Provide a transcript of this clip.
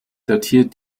datiert